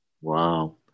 Wow